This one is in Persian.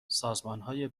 سازمانهای